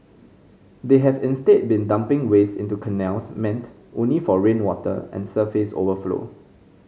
they have instead been dumping waste into canals meant only for rainwater and surface overflow